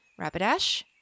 Rapidash